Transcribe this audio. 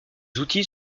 outils